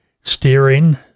steering